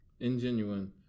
ingenuine